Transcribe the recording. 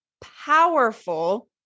powerful